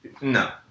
no